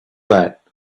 that